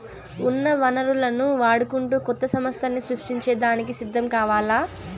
ఉన్న వనరులను వాడుకుంటూ కొత్త సమస్థల్ని సృష్టించే దానికి సిద్ధం కావాల్ల